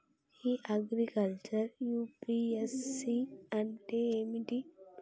ఇ agriculture UPSC అంటే ఏమిటి?